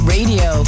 Radio